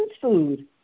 food